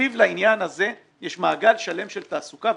מסביב לעניין הזה יש מעגל שלם של תעסוקה.